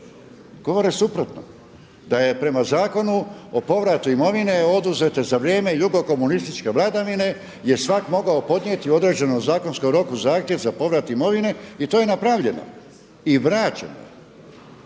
govore suprotno, da je prema Zakonu o povratu imovine oduzete za vrijeme jugo-komunističke vladavine je svak' mogao podnijeti određeno u zakonskom roku zahtjev za povrat imovine i to je napravljeno i vraćeno.